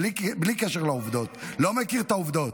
בלי קשר לעובדות, לא מכיר את העובדות.